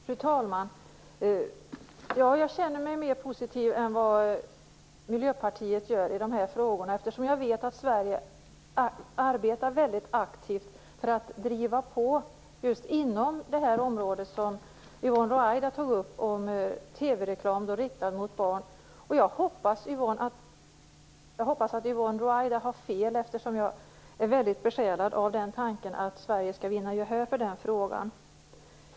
Fru talman! Jag känner mig mer positiv än vad Miljöpartiet gör i dessa frågor. Jag vet att Sverige arbetar väldigt aktivt för att driva på just inom det område som Yvonne Ruwaida berörde, dvs. TV reklam riktad till barn. Jag hoppas att Yvonne Ruwaida har fel, eftersom jag är väldigt besjälad av tanken att Sverige skall vinna gehör i den frågan.